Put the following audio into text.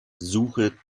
suche